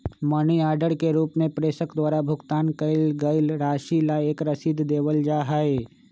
money order के रूप में प्रेषक द्वारा भुगतान कइल गईल राशि ला एक रसीद देवल जा हई